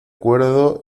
cuerdo